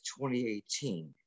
2018